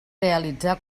realitzar